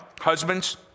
husbands